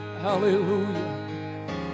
hallelujah